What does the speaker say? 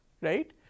right